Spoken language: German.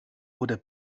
oder